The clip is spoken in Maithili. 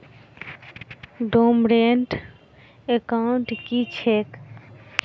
डोर्मेंट एकाउंट की छैक?